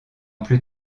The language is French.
plus